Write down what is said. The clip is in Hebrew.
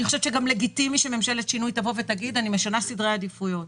אני חושבת שלגיטימי שממשלת שינוי תבוא ותגיד שהיא משנה סדרי עדיפויות.